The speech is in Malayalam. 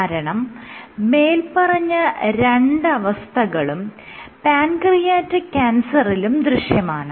കാരണം മേല്പറഞ്ഞ രണ്ട് അവസ്ഥകളും പാൻക്രിയാറ്റിക് ക്യാൻസറിലും ദൃശ്യമാണ്